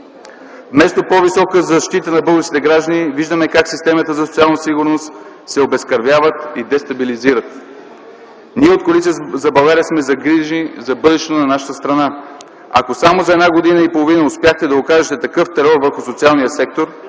Вместо по-висока защита на българските граждани, виждаме как системите за социална сигурност се обезкървяват и дестабилизират. Ние от Коалиция за България сме загрижени за бъдещето на нашата страна. Ако само за една година и половина успяхте да укажете такъв терор върху социалния сектор,